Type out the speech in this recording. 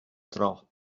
dro